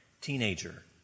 teenager